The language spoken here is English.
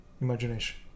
imagination